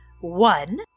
One